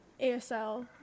ASL